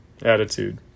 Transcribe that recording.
attitude